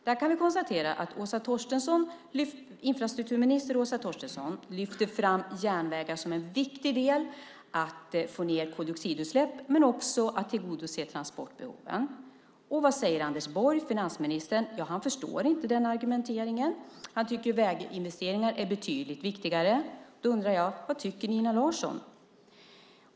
Där kan vi konstatera att infrastrukturminister Åsa Torstensson lyfte fram järnvägar som en viktig del för att få ned koldioxidutsläpp men också för att tillgodose transportbehoven. Vad säger Anders Borg, finansministern? Han förstår inte den argumentationen. Han tycker att väginvesteringar är betydligt viktigare. Då undrar jag: Vad tycker Nina Larsson?